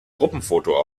gruppenfoto